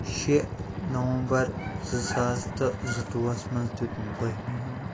شےٚ نَومبر زٕ ساس تہٕ زٕتووُہَس منٛز دیٛت مےٚ بٔہمہِ ہُنٛد